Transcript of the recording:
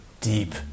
deep